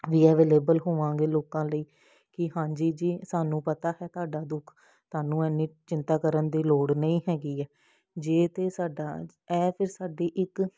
ਵੀ available ਹੋਵਾਂਗੇ ਲੋਕਾਂ ਲਈ ਕੀ ਹਾਂਜੀ ਜੀ ਸਾਨੂੰ ਪਤਾ ਸਾਨੂੰ ਪਤਾ ਹੈ ਤੁਹਾਡਾ ਦੁੱਖ ਤੁਹਾਨੂੰ ਇੰਨੀ ਚਿੰਤਾ ਕਰਨ ਦੀ ਲੋੜ ਨਹੀਂ ਹੈਗੀ ਹੈ ਜੇ ਤਾਂ ਸਾਡਾ ਇਹ ਫਿਰ ਸਾਡੀ ਇੱਕ